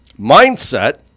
Mindset